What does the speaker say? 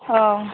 औ